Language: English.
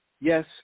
yes